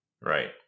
Right